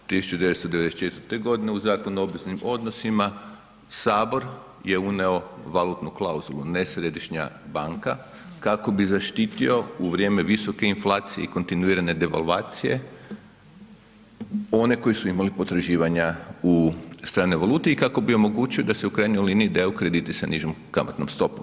1994. godine u Zakon o obveznim odnosima, sabor je unio valutnu klauzulu, ne središnja banka, kako bi zaštitio u vrijeme visoke inflacije i kontinuirane devalvacije one koji su imali potraživanja u stranoj valuti i kako bi omogućio da se u krajnjoj liniji daju krediti sa nižom kamatnom stopom.